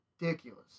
ridiculous